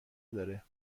داره